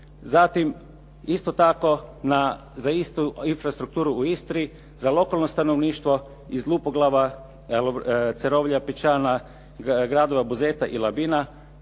Zatim, isto tako za istu infrastrukturu u Istri za lokalno stanovništvo iz Lupoglava, Cerovlja, Pičana, gradova Buzeta i Labina